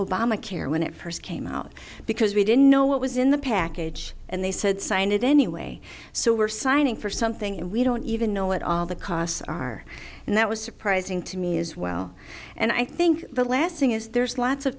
obamacare when it first came out because we didn't know what was in the package and they said sign it anyway so we're signing for something and we don't even know what all the costs are and that was surprising to me as well and i think the last thing is there's lots of